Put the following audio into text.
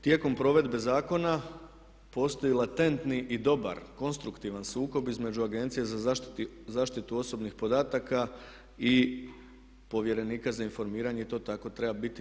Tijekom provedbe zakona postoji latentni i dobar konstruktivan sukob između Agencije za zaštitu osobnih podataka i povjerenika za informiranje i to tako treba biti.